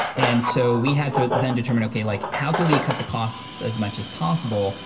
and so we had to then determine, okay, like, how can we cut the costs as much as possible?